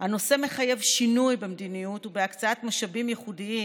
הנושא מחייב שינוי במדיניות ובהקצאת משאבים ייחודיים